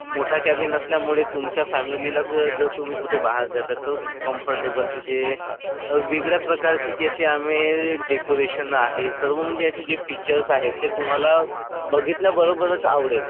मोठा कॅबिन असल्यामुळे तुमच्या फॅमिलीला जर तुम्ही कुठे बाहेर जाता तर खूप कम्फर्टेबल तिथे वेगळ्या प्रकारचेच ज्याचे आमे डेकोरेशन आहे सर्व म्हणजे याचे जे फीचर्स आहेत ते तुम्हाला बघितल्याबरोबरच आवडेल